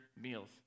meals